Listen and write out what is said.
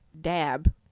Dab